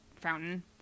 fountain